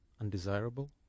undesirable